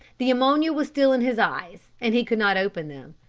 the ammonia was still in his eyes, and he could not open them.